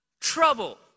trouble